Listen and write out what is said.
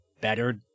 better